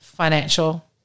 financial